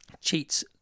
cheats